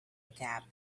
gap